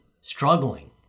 struggling